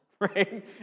right